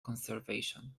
conservation